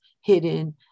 hidden